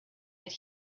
but